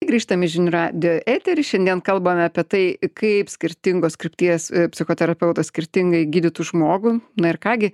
grįžtam į žinių radijo eterį šiandien kalbam apie tai kaip skirtingos krypties psichoterapeutas skirtingai gydytų žmogų na ir ką gi